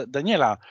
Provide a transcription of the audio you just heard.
Daniela